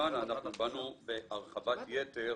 באנו עם הרחבת יתר,